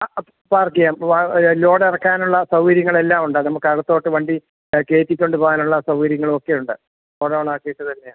ആ അത് പാർക്ക് ചെയ്യാം അത് ലോഡ് ഇറക്കാനുള്ള സൗകര്യങ്ങളെല്ലാം ഉണ്ട് നമുക്കകത്തോട്ട് വണ്ടി കയറ്റിക്കൊണ്ട് പോവാനുള്ള സൗകര്യങ്ങളൊക്കെയുണ്ട് ഒരാളാക്കീട്ട് തന്നെയാ